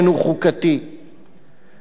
לסיכום, אדוני היושב-ראש,